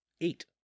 eight